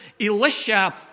Elisha